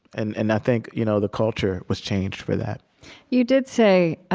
and and i think you know the culture was changed, for that you did say,